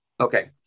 Okay